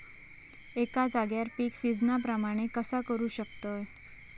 एका जाग्यार पीक सिजना प्रमाणे कसा करुक शकतय?